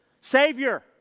Savior